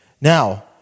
Now